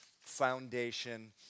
foundation